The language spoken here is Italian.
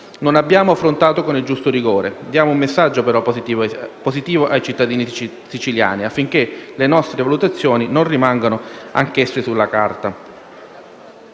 non abbiamo affrontato con il giusto rigore. Diamo, però, un messaggio positivo cittadini siciliani, affinché le nostre valutazioni non rimangano anch'esse solo sulla carta.